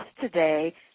today